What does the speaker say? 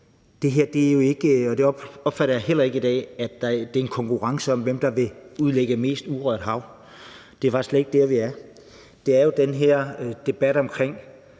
sådan opfatter jeg det heller ikke i dag – bliver en konkurrence om, hvem der vil udlægge mest urørt hav. Det er faktisk slet ikke dér, vi er. Det er jo den her debat om,